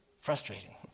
frustrating